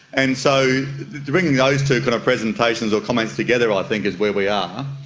and so to bring those two kind of presentations or comments together i think is where we are,